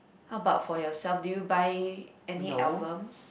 how about for yourself do you buy any albums